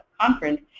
conference